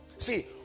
See